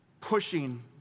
pushing